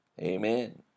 amen